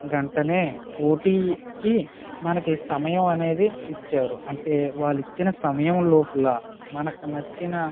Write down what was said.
వెంటనే పోటీకి మనకి సమయం అనేది ఇచ్చారు అంటే వాళ్ళు ఇచ్చిన సమయం లోపల మనకి నచ్చిన